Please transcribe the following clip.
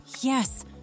yes